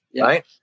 right